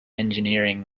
engineering